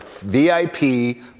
VIP